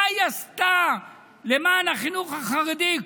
מה היא עשתה למען החינוך החרדי?